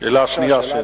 לשאלה הבאה.